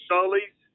Sully's